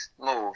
move